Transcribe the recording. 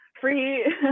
free